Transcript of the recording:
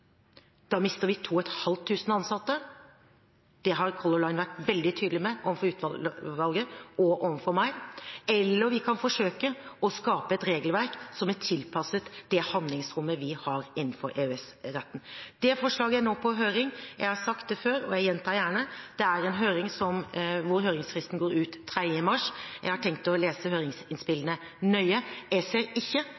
da mister vi 2 500 ansatte, det har Color Line vært veldig tydelig på overfor utvalget og overfor meg – eller vi kan forsøke å skape et regelverk som er tilpasset det handlingsrommet vi har innenfor EØS-retten. Det forslaget er nå på høring. Jeg har sagt det før, og jeg gjentar det gjerne, at det er en høring hvor høringsfristen går ut den 3. mars, og jeg har tenkt å lese